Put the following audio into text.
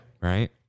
Right